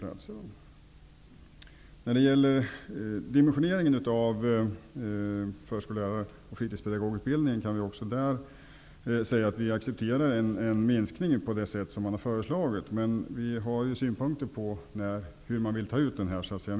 Vi accepterar en minskning av dimensioneringen av förskollärar och fritidspedagogutbildningen på det sätt som man har föreslagit, men vi har synpunkter på hur minskningen skall ske.